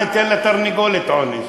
מה ניתן לתרנגולת עונש?